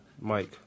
Mike